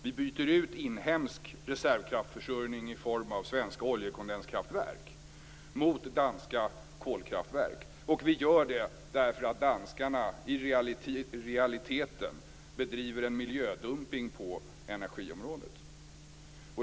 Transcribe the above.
Vi byter ut inhemsk reservkraftsförsörjning i form av svenska oljekondenskraftverk mot danska kolkraftverk. Det gör vi därför att danskarna i realiteten bedriver en miljödumpning på energiområdet.